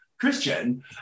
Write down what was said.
Christian